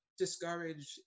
Discouraged